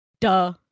Duh